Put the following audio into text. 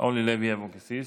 אורלי לוי אבקסיס.